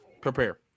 prepare